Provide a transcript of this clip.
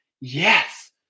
yes